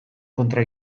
kontra